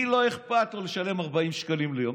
למי לא אכפת לשלם 40 שקלים ליום?